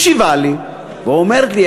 משיבה לי ואומרת לי,